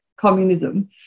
Communism